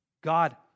God